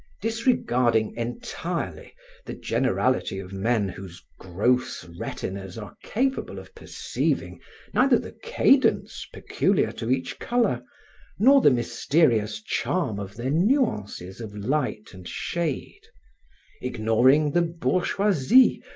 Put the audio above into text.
disregarding entirely the generality of men whose gross retinas are capable of perceiving neither the cadence peculiar to each color nor the mysterious charm of their nuances of light and shade ignoring the bourgeoisie,